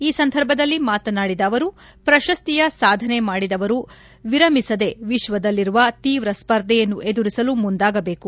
ಈ ಸಂದರ್ಭದಲ್ಲಿ ಮಾತನಾಡಿದ ಅವರು ಪ್ರಶಸ್ತಿಯ ಸಾಧನೆ ಮಾಡಿದವರು ವಿರಮಿಸದೆ ವಿಶ್ವದಲ್ಲಿರುವ ತೀವ್ರ ಸ್ಪರ್ಧೆಯನ್ನು ಎದುರಿಸಲು ಮುಂದಾಗಬೇಕು